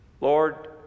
lord